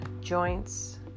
joints